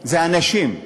זה אנשים,